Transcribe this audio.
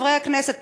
חברי הכנסת,